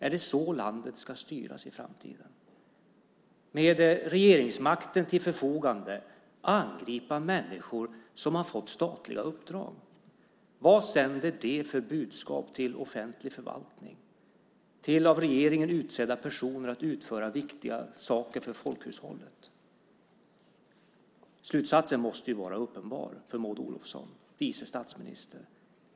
Är det så landet ska styras i framtiden - att med regeringsmakten till förfogande angripa människor som har fått statliga uppdrag? Vad sänder det för budskap till offentlig förvaltning och till av regeringen utsedda personer som ska utföra viktiga saker för folkhushållet? Slutsatsen måste vara uppenbar för Maud Olofsson, vice statsminister.